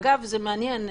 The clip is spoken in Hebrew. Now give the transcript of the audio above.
אגב, זה מעניין,